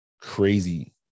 crazy